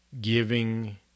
Giving